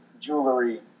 jewelry